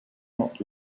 not